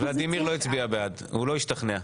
ולדימיר לא הצביע בעד, הוא לא השתכנע.